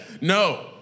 No